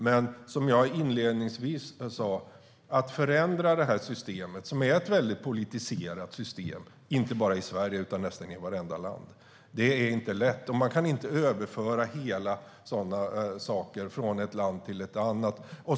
Men som jag sa inledningsvis: Att förändra det här systemet, som är ett mycket politiserat system, inte bara i Sverige utan i nästan vartenda land, är inte lätt. Man kan inte överföra sådana saker från ett visst land till ett annat.